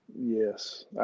Yes